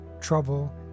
trouble